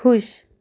ਖੁਸ਼